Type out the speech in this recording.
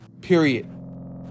Period